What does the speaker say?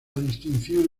distinción